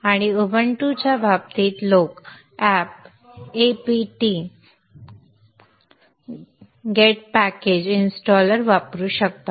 आणि उबंटू च्या बाबतीत लोक apt get package installer वापरू शकतात